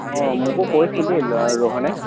অঁ মোকো কৈছিল দেই ৰ'হনে